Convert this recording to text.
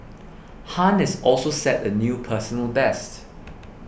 Han is also set a new personal best